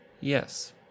Yes